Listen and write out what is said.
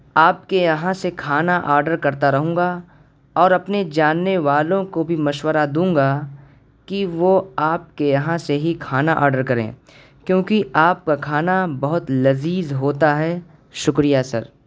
آپ کے یہاں سے کھانا آڈر کرتا رہوں گا اور اپنے جاننے والوں کو بھی مشورہ دوں گا کہ وہ آپ کے یہاں سے ہی کھانا آڈر کریں کیوںکہ آپ کا کھانا بہت لذیذ ہوتا ہے شکریہ سر